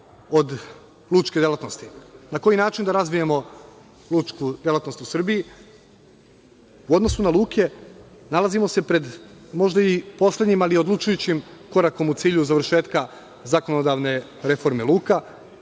od lučke delatnosti, na koji način da razvijemo lučku delatnost u Srbiji.U odnosu na luke nalazimo se pred možda i poslednjim, ali odlučujućim korakom u cilju završetka zakonodavne reforme luka